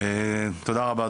תודה רבה,